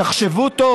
תחשבו טוב